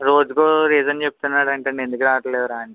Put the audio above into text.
రోజుకో రీజన్ చెప్తున్నాడు అంటండి ఎందుకు రావట్లేదురా అంటే